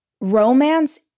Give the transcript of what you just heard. romance